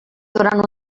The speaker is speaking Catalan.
durant